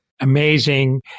amazing